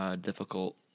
difficult